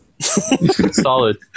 Solid